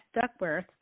Duckworth